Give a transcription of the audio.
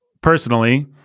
personally